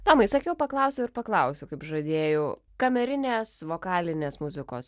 tomai sakiau paklausiu ir paklausiu kaip žadėjau kamerinės vokalinės muzikos